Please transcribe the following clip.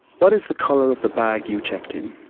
what is the colour of the bag you checked in?